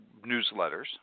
newsletters